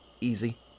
Easy